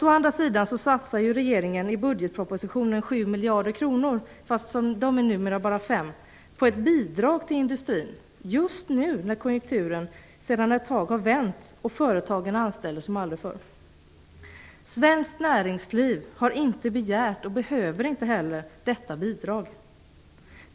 Å andra sidan satsar regeringen i budgetpropositionen 7 miljarder kronor - som numera bara är 5 - på ett bidrag till industrin, just nu, när konjunkturen sedan en tid har vänt och företagen anställer som aldrig förr. Svenskt näringsliv har inte begärt och behöver inte heller detta bidrag.